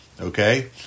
okay